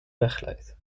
wegglijdt